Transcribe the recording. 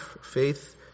faith